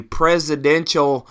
presidential